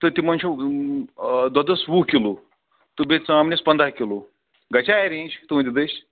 تہٕ تِمن چھُ دۄدَس وُہ کِلوٗ تہٕ بیٚیہِ ژامنٮ۪س پنٛداہ کِلوٗ گژھیا اٮ۪رینٛج تُہٕنٛدِ دٔسۍ